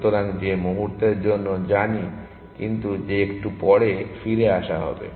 সুতরাং যে মুহূর্তের জন্য জানি কিন্তু যে একটু পরে ফিরে আসা হবে